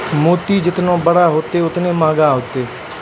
मोती जेतना बड़ो होतै, ओतने मंहगा होतै